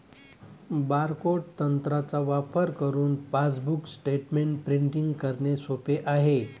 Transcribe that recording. barcode तंत्राचा वापर करुन पासबुक स्टेटमेंट प्रिंटिंग करणे सोप आहे